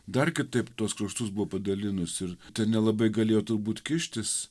dar kitaip tuos kraštus buvo padalinus ten nelabai galėjo turbūt kištis